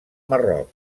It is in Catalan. marroc